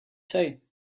say